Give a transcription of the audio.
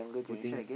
putting